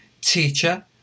Teacher